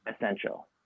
essential